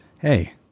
Hey